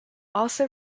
also